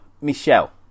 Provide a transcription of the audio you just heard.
Michelle